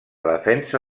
defensa